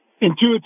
intuitive